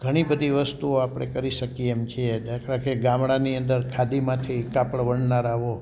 ઘણી બધી વસ્તીઓ આપણે કરી શકીએ એમ છીએ દાખલા તરીકે ગામડાની અંદર ખાદી માંથી કાપડ વણનારાઓ